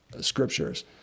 scriptures